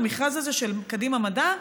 המכרז הזה של קדימה מדע,